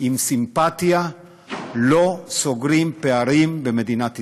עם סימפתיה לא סוגרים פערים במדינת ישראל.